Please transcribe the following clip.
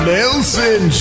Nelson